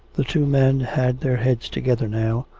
the two men had their heads together now,